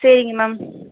சரிங்க மேம்